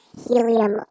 helium